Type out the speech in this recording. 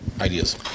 ideas